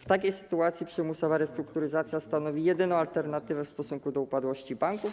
W takiej sytuacji przymusowa restrukturyzacja stanowi jedyną alternatywę dla upadłości banku,